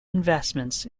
investments